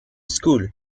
school